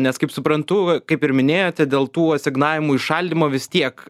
nes kaip suprantu va kaip ir minėjote dėl tų asignavimų įšaldymo vis tiek